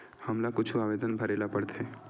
हमला कुछु आवेदन भरेला पढ़थे?